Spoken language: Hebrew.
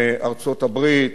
ארצות-הברית,